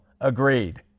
Agreed